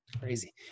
Crazy